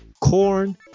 corn